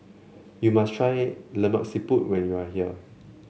you must try Lemak Siput when you are here